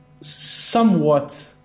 somewhat